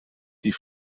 die